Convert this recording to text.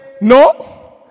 no